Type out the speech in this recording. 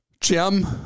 Jim